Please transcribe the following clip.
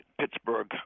Pittsburgh